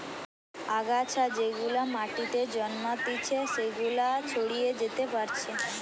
আগাছা যেগুলা মাটিতে জন্মাতিচে সেগুলা ছড়িয়ে যেতে পারছে